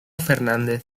fernández